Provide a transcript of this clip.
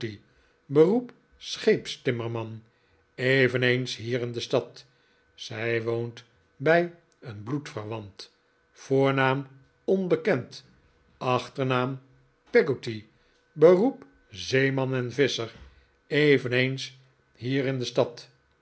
beroep scheepstimmerman eveneens hier in de stad zij woont bij een bloedverwant voornaam onbekend achternaam peggotty beroep zeeman en visscher eveneens hier in de stad